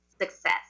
success